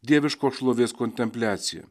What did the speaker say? dieviškos šlovės kontempliacija